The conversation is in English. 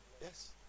yes